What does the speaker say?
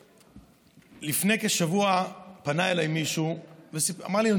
לפני כשבוע פנה אליי מישהו ואמר לי: אני